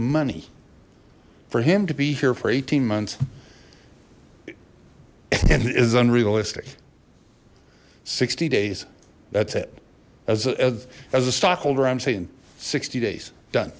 money for him to be here for eighteen months and is unrealistic sixty days that's it as a stockholder i'm saying sixty days done